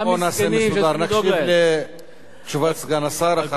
נקשיב לתשובת סגן השר, אחר כך תהיה לך זכות לעלות.